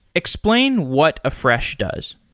explain what afresh does.